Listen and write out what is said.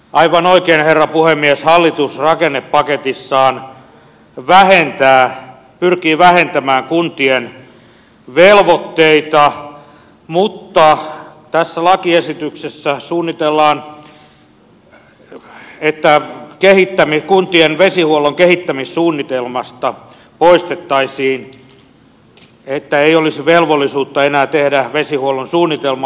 aivan oikein herra puhemies hallitus rakennepaketissaan pyrkii vähentämään kuntien velvoitteita mutta tässä lakiesityksessä suunnitellaan että kuntien vesihuollon kehittämissuunnitelmasta poistettaisiin että ei olisi velvollisuutta enää tehdä vesihuollon suunnitelmaa